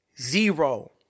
Zero